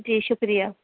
جی شُکریہ